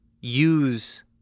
use